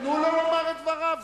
תנו לו לומר את דבריו.